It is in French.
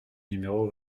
numéro